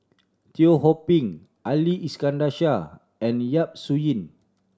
Teo Ho Pin Ali Iskandar Shah and Yap Su Yin